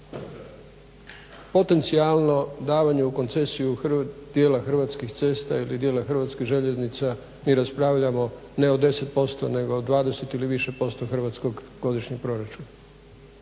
Potencijalno davanje u koncesiju dijela hrvatskih cesta ili dijela hrvatskih željeznica mi raspravljamo ne o 10% nego 20 ili više posto hrvatskog godišnjeg proračuna.